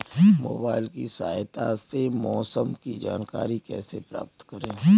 Mobile की सहायता से मौसम की जानकारी कैसे प्राप्त करें?